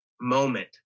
moment